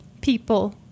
People